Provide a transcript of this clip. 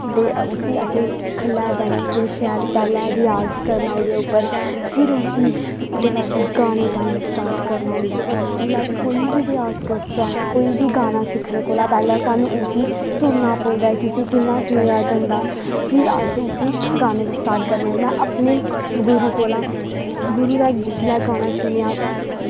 ते उस्सी असें ख'ल्ल बैठियै पैह्ले शैल रिआज़ करना ओह्दे उप्पर फिर उस्सी ओह्दे बाद गाना गाना स्टार्ट करना होंदा ऐ जिसलै अस कोई बी रिआज़ करचै कोई बी गाना सिक्खने कोला पैह्ले उस्सी सुनना पौंदा कि उस्सी कि'यां सुनना पौंदा फिर अस उस्सी गाने गी स्टार्ट करने आं में अपने गुरु कोला गुरु दा जिसलै गाना सुनेआ